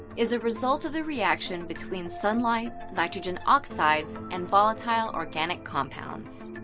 is a result of the reaction between sunlight nitrogen oxides, and volatile organic compounds.